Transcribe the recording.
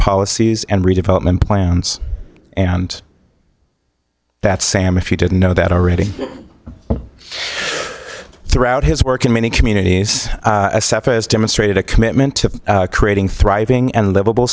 policies and redevelopment plans and that's sam if you didn't know that already throughout his work in many communities assefa has demonstrated a commitment to creating thriving and livable